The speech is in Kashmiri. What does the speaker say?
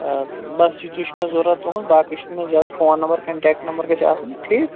آ بَس یِتھُے چھُ مےٚ ضوٚرَتھ تُہٕنٛد باقٕے چھِ مےٚ زیادٕ فون نمبر کَنٛٹیکٹ نمبر گژھِ آسُن ٹھیٖک